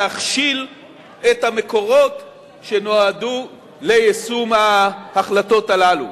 להכשיל את המקורות שנועדו ליישום ההחלטות האלה.